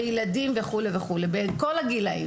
בילדים בכל הגילאים